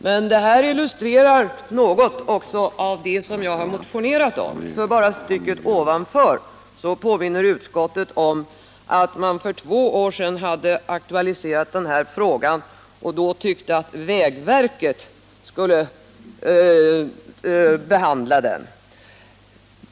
Men det jag motionerat om illustreras något av att utskottet i stycket ovanför påminner om att riksdagen för två år sedan aktualiserat frågan och att man då tyckte att vägverket skulle behandla den.